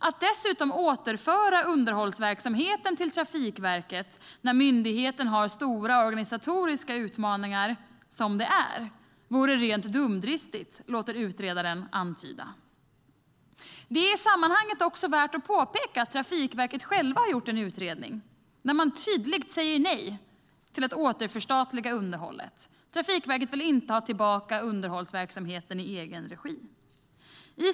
Att dessutom återföra underhållsverksamheten till Trafikverket när myndigheten har stora organisatoriska utmaningar som det är vore rent dumdristigt, låter utredaren antyda. I sammanhanget är det även värt att påpeka att Trafikverket självt har gjort en utredning där man tydligt säger nej till att återförstatliga underhållet. Trafikverket vill inte ha tillbaka underhållsverksamheten i egen regi.